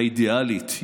האידיאלית,